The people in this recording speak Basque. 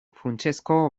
funtsezko